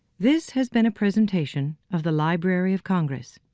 this has been a presentation of the library of congress.